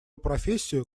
профессию